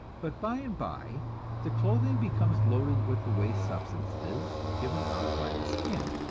but bye and bye the clothing becomes loaded with the waste substances given out by the skin,